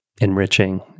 enriching